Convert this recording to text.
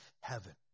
heaven